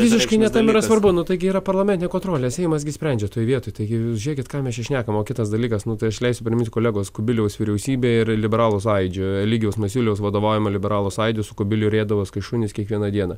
visiškai ne tame yra svarbu nu taigi yra parlamentinė kontrolė seimas gi sprendžia toj vietoj taigi jūs žiūrėkit ką mes čia šnekam o kitas dalykas nu tai aš leisiu priminti kolegos kubiliaus vyriausybė ir liberalų sąjūdžio eligijaus masiuliaus vadovaujama liberalų sąjūdis kubiliu riedavos kai šunys kiekvieną dieną